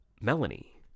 Melanie